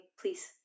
please